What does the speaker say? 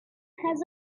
has